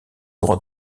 droits